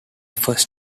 first